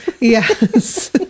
Yes